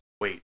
wait